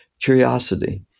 curiosity